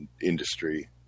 industry